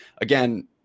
Again